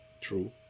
True